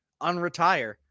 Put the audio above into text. unretire